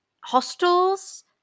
hostels